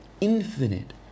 infinite